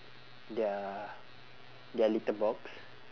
their their litter box